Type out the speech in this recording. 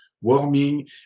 warming